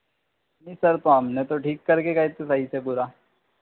जी sir तो हमने तो ठीक कर के गए थे सही से पूरा